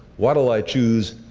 what'll i choose?